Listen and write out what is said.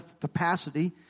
capacity